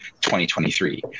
2023